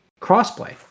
crossplay